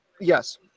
Yes